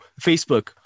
Facebook